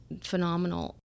phenomenal